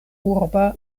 urba